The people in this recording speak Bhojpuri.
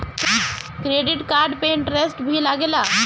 क्रेडिट कार्ड पे इंटरेस्ट भी लागेला?